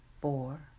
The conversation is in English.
four